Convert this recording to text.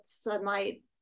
Sunlight